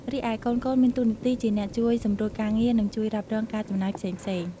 រីឯ កូនៗ មានតួនាទីជាអ្នកជួយសម្រួលការងារ និងជួយរ៉ាប់រងការចំណាយផ្សេងៗ។